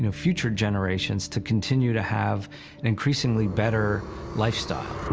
and future generations to continue to have an increasingly better lifestyle.